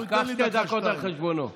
קח שתי דקות על חשבונו.